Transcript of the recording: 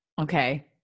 Okay